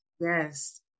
Yes